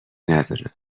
نداره